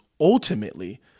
ultimately